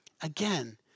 Again